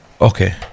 okay